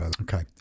Okay